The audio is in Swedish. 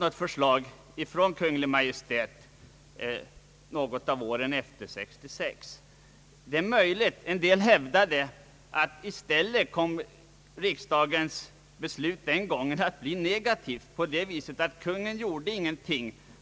Något förslag från Kungl. Maj:t efter år 1966 har emellertid inte kommit. Det är möjligt att riksdagens beslut den gången kom att bli negativt genom att Kungl. Maj:t inte gjorde någonting.